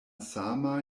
sama